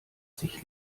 sich